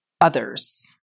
others